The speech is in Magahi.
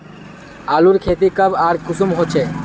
आलूर खेती कब आर कुंसम होचे?